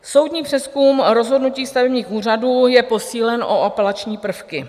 Soudní přezkum rozhodnutí stavebních úřadů je posílen o apelační prvky.